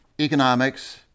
economics